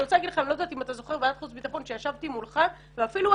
רוצה להזכיר שבוועדת חוץ וביטחון שישבתי מולך והייתי